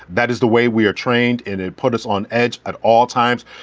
that is the way we are trained and it put us on edge at all times.